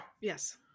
Yes